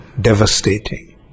devastating